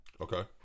Okay